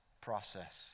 process